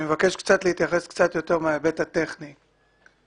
אני מבקש להתייחס להיבט הטכני.